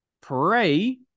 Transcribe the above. Pray